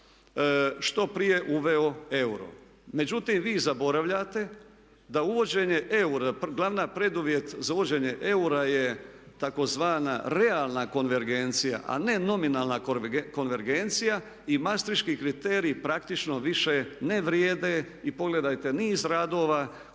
što prije uveo euro. Međutim, vi zaboravljate da uvođenje eura, glavni preduvjet za uvođenje eura je tzv. realna konvergencija, a ne nominalna konvergencija i mastriški kriteriji praktično više ne vrijede. I pogledajte niz radova